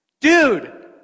Dude